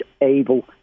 able